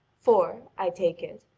for, i take it,